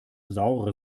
saure